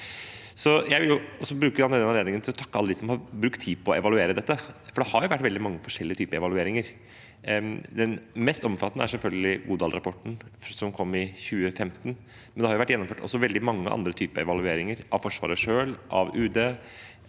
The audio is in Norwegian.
Jeg vil også bruke denne anledningen til å takke alle dem som har brukt tid på å evaluere dette, for det har vært veldig mange forskjellige typer evalueringer. Den mest omfattende er selvfølgelig Godal-rapporten, som kom i 2015, men det har også vært gjennomført veldig mange andre typer evalueringer, av Forsvaret selv, av UD